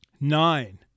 Nine